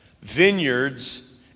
vineyards